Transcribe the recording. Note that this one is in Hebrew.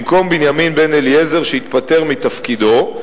במקום בנימין בן-אליעזר, שהתפטר מתפקידו,